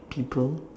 people